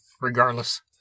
regardless